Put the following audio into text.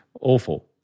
awful